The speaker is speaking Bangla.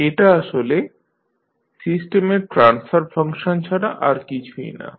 এটা আসলে সিস্টেমের ট্রান্সফার ফাংশন ছাড়া আর কিছুই নয়